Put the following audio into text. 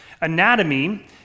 Anatomy